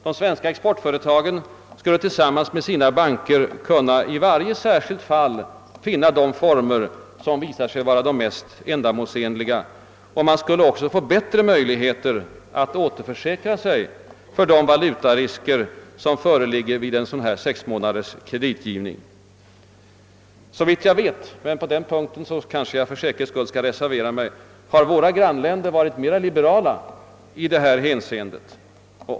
De svenska exportföretagen skulle tillsammans med sina banker i varje särskilt fall kunna finna de former som visar sig vara de mest ändamålsenliga, och man skulle därmed ha haft bättre möjligheter att återförsäkra sig för de valutarisker som föreligger vid en sexmånaders kreditgivning av det här slaget. Såvitt jag vet — på denna punkt vill jag emellertid för säkerhets skull reservera mig — har våra grannländer varit mer liberala i detta hänseende.